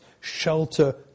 shelter